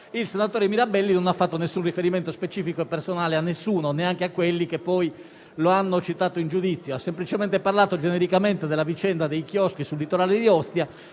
il senatore non ha fatto alcun riferimento specifico e personale a nessuno, neanche a quelli che poi lo hanno citato in giudizio. Ha semplicemente parlato genericamente della vicenda dei chioschi sul litorale di Ostia,